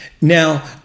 now